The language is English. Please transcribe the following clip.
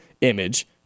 image